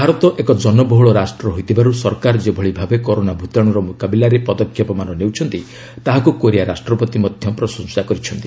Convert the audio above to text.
ଭାରତ ଏକ ଜନବହୁଳ ରାଷ୍ଟ୍ର ହୋଇଥିବାରୁ ସରକାର ଯେଭଳି ଭାବେ କରୋନା ଭୂତାଶୁର ମୁକାବିଲାରେ ପଦକ୍ଷେପମାନ ନେଉଛନ୍ତି ତାହାକୁ କୋରିଆ ରାଷ୍ଟ୍ରପତି ପ୍ରଶଂସା କରିଛନ୍ତି